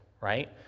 Right